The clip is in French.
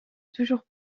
toujours